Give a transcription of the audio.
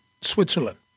Switzerland